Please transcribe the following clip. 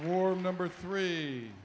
swarm number three